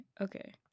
Okay